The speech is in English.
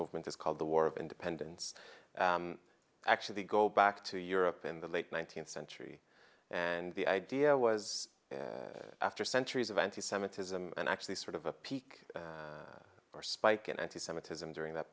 movement is called the war of independence actually go back to europe in the late nineteenth century and the idea was after centuries of anti semitism and actually sort of a peak or spike in anti semitism during that